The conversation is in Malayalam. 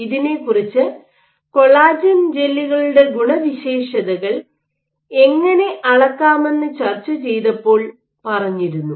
ഇതിനെക്കുറിച്ച് കൊളാജൻ ജെല്ലുകളുടെ ഗുണവിശേഷതകൾ എങ്ങനെ അളക്കാമെന്ന് ചർച്ച ചെയ്തപ്പോൾ പറഞ്ഞിരുന്നു